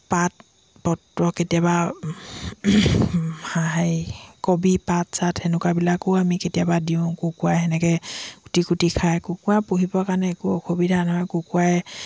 পাত পত্ৰ কেতিয়াবা হেৰি কবি পাত চাত তেনেকুৱাবিলাকো আমি কেতিয়াবা দিওঁ কুকুৰা তেনেকৈ কুটি কুটি খাই কুকুৰা পুহিবৰ কাৰণে একো অসুবিধা নহয় কুকুৰাই